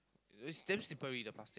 is damn slippery the past